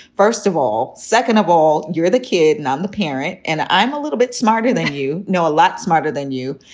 first of all. second of all, you're the kid and i'm the parent and i'm a little bit smarter than, you know, a lot smarter than you.